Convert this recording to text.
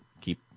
keep